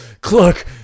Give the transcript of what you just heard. Clark